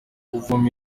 kuvoma